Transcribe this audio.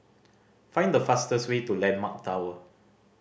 find the fastest way to Landmark Tower